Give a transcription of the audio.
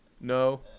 No